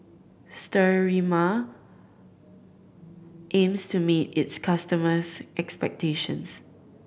Sterimar aims to meet its customers' expectations